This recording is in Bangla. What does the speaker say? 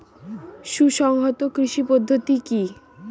সুসংহত কৃষি পদ্ধতি কি?